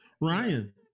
Ryan